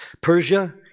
Persia